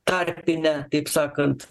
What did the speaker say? tarpinę taip sakant